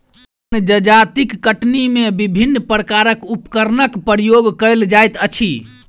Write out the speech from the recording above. आन जजातिक कटनी मे विभिन्न प्रकारक उपकरणक प्रयोग कएल जाइत अछि